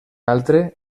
altre